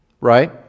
Right